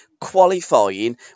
qualifying